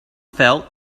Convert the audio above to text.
felt